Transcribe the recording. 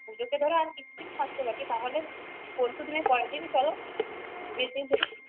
পুজো তো ধরো আর কিছুদিনই মাত্র বাকি তাহলে পরশু দিনের পরের দিনই চলো বেরিয়ে পড়ি